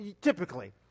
Typically